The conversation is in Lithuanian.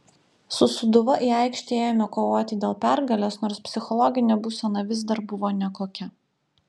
su sūduva į aikštę ėjome kovoti dėl pergalės nors psichologinė būsena vis dar buvo nekokia